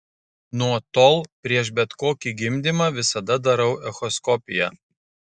nuo tol prieš bet kokį gimdymą visada darau echoskopiją